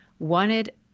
wanted